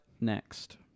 next